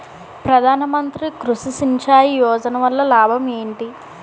ప్రధాన మంత్రి కృషి సించాయి యోజన వల్ల లాభం ఏంటి?